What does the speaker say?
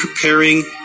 preparing